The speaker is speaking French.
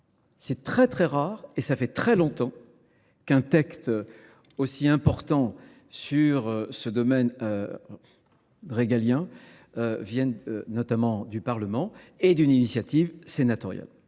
c'est très très rare et ça fait très longtemps qu'un texte aussi important sur ce domaine régalien vienne notamment du parlement et d'une initiative sénatoriale.